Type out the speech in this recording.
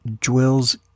dwells